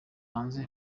hanze